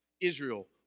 Israel